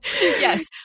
yes